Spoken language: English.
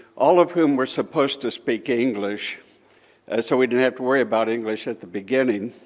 all of whom were supposed to speak english so we didn't have to worry about english at the beginning.